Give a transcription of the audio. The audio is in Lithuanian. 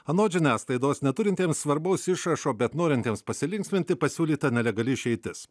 anot žiniasklaidos neturintiems svarbaus išrašo bet norintiems pasilinksminti pasiūlyta nelegali išeitis